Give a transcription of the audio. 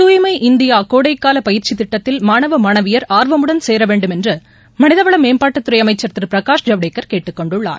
தூய்மை இந்தியா கோடைக்கால பயிற்சி திட்டத்தில் மாணவ மாணவியர் ஆர்வமுடன் சேர வேண்டும் என்று மனிதவள மேம்பாட்டுத் துறை அமைச்சர் திரு பிரகாஷ் ஜவடேகர் கேட்டுக்கொண்டுள்ளார்